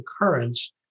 occurrence